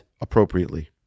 appropriately